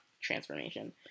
transformation